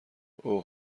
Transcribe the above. اوه